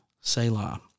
Selah